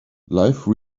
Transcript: life